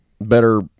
better